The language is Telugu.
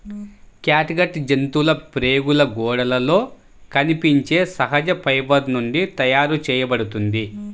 క్యాట్గట్ జంతువుల ప్రేగుల గోడలలో కనిపించే సహజ ఫైబర్ నుండి తయారు చేయబడుతుంది